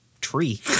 tree